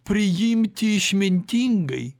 priimti išmintingai